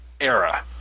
era